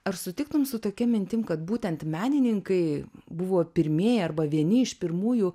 ar sutiktum su tokia mintim kad būtent menininkai buvo pirmieji arba vieni iš pirmųjų